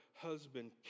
husband